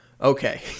Okay